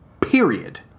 period